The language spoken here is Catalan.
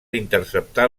interceptar